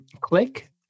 click